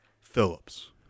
Phillips